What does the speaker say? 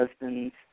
husbands